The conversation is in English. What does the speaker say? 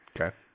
Okay